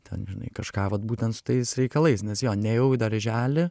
ten žinai kažką vat būtent su tais reikalais nes jo nėjau į darželį